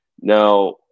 Now